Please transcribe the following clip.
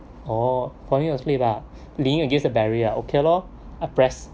oh falling asleep ah leaning against the barrier okay lor I press